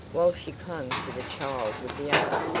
while she clung to the child with the other.